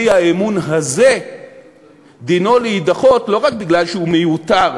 האי-אמון הזה דינו להידחות לא רק מפני שהוא מיותר,